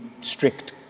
strict